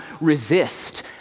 resist